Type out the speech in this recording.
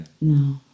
No